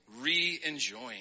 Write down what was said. re-enjoying